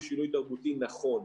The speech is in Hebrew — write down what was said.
הוא שינוי תרבותי נכון.